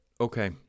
okay